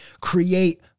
create